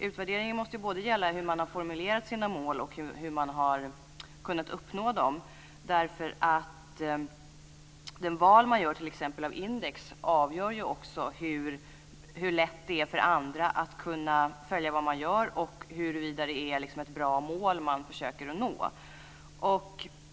Utvärderingen måste både gälla hur man har formulerat sina mål och hur man har kunnat uppnå dem. Det val man gör av t.ex. index avgör också hur lätt det är för andra att kunna följa vad man gör och huruvida det är ett bra mål som man försöker att nå.